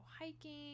hiking